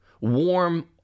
warm